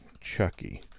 Chucky